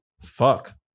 fuck